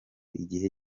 igihe